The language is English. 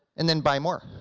and then buy more.